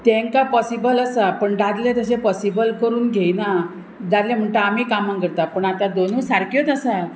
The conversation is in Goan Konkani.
तेंकां पॉसिबल आसा पण दादले तशें पॉसिबल करून घेयना दादले म्हणटा आमी कामां करता पूण आतां दोनूय सारक्योच आसा